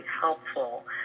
helpful